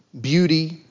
beauty